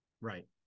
Right